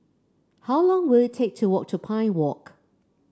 how long will it take to walk to Pine Walk